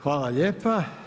Hvala lijepa.